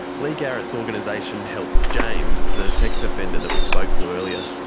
leigh garrett's organisation helped james, the sex offender that we spoke to earlier,